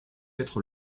être